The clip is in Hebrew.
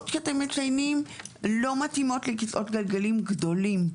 שאתם מציינים לא מתאימות לכיסאות גלגלים גדולים.